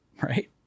right